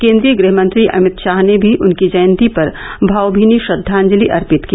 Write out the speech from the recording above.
केन्द्रीय गृहमंत्री अमित शाह ने भी उनकी जयंती पर भावभीनी श्रद्वांजलि अर्पित की